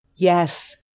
Yes